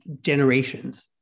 generations